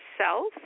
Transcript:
self